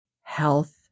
health